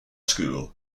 school